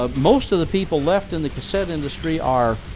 ah most of the people left in the cassette industry are